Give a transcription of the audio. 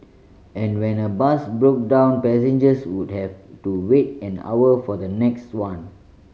and when a bus broke down passengers would have to wait an hour for the next one